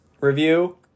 review